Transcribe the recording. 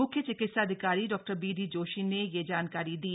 मुख्य चिकित्साधिकारी डॉ बीडी जोशी ने यह जानकारी दी